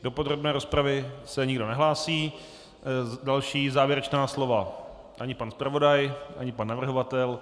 Do podrobné rozpravy se nikdo nehlásí, další závěrečná slova ani pan zpravodaj, ani pan navrhovatel.